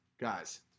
guys